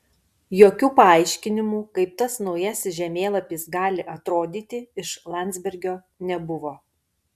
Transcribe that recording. jokių paaiškinimų kaip tas naujasis žemėlapis gali atrodyti iš landsbergio nebuvo